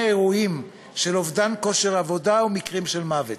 אירועים של אובדן כושר עבודה ומקרים של מוות.